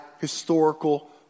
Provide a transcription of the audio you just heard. historical